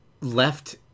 left